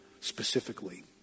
Specifically